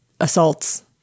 assaults